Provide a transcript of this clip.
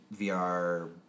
VR